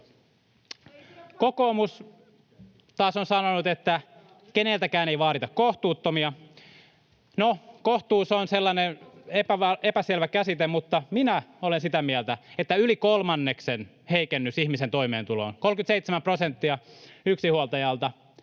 Kokoomus taas on sanonut, että keneltäkään ei vaadita kohtuuttomia — no, kohtuus on sellainen epäselvä käsite, mutta minä olen sitä mieltä, että yli kolmanneksen heikennys ihmisen toimeentuloon, 37 prosenttia yksinhuoltajalta,